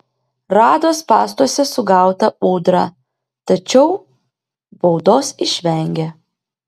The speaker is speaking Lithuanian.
rado spąstuose sugautą ūdrą tačiau baudos išvengė